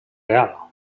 real